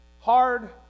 Hard